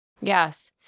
Yes